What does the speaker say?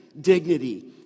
dignity